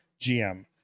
gm